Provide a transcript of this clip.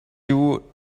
you